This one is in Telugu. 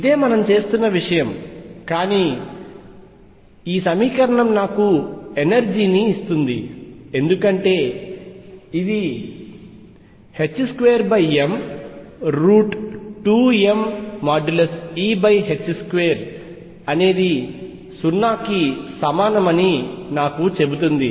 ఇదే మనం పని చేస్తున్న విషయం కానీ ఈ సమీకరణం నాకు ఎనర్జీ ని ఇస్తుంది ఎందుకంటే ఇది 2m2mE2 అనేది 0 కి సమానమని నాకు చెబుతుంది